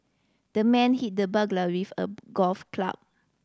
the man hit the burglar with a golf club